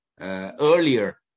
earlier